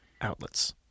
outlets